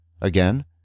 Again